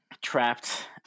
trapped